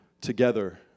together